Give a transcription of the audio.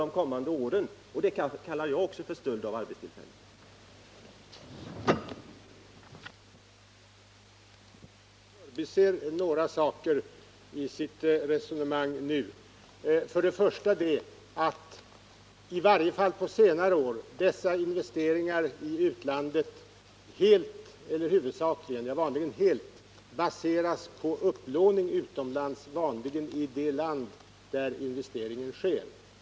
Men en faktor spelar i varje fall mycket liten roll, och det är just det som den här interpellationen sägs handla om, nämligen statliga bidrag till multinationella företag. De spelar i detta sammanhang en mycket marginell roll.